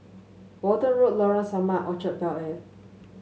Walton Road Lorong Samak Orchard Bel Air